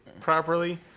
properly